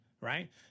right